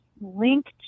linked